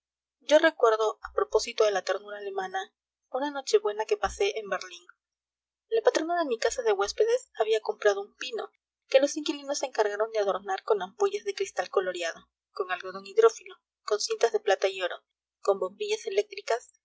yo recuerdo a propósito de la ternura alemana una nochebuena que pasé en berlín la patrona de mi casa de huéspedes había comprado un pino que los inquilinos se encargaron de adornar con ampollas de cristal coloreado con algodón hidrófilo con cintas de plata y oro con bombillas eléctricas